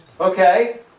Okay